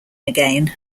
again